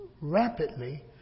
rapidly